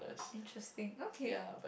interesting okay